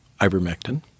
ivermectin